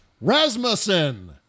Rasmussen